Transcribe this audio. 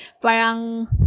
parang